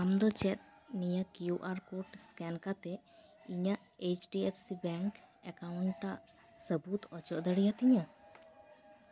ᱟᱢᱫᱚ ᱪᱮᱫ ᱱᱤᱭᱟᱹ ᱠᱤᱭᱩ ᱟᱨ ᱠᱳᱰ ᱮᱥᱠᱮᱱ ᱠᱟᱛᱮᱫ ᱤᱧᱟᱹᱜ H D F C bank account ᱴᱟᱜ ᱥᱟᱹᱵᱩᱫ ᱚᱪᱚ ᱫᱟᱲᱮᱭᱟᱹᱛᱤᱧᱟᱹ